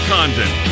Condon